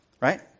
Right